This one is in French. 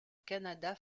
canada